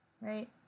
right